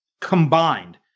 combined